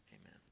amen